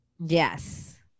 yes